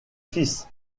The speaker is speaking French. fils